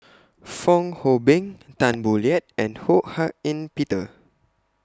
Fong Hoe Beng Tan Boo Liat and Ho Hak Ean Peter